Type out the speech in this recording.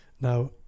Now